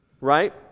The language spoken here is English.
Right